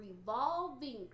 revolving